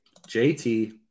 JT